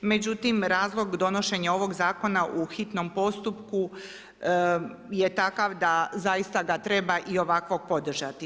Međutim, razlog donošenja ovog zakona u hitnom postupku je takav da zaista ga treba i ovakvog podržati.